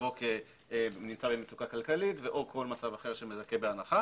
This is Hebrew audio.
מצבו כנמצא במצוקה כלכלית ו/ או כל דבר אחר שמזכה בהנחה